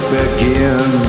begin